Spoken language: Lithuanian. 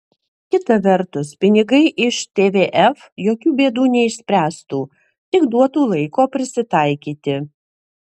kita vertus pinigai iš tvf jokių bėdų neišspręstų tik duotų laiko prisitaikyti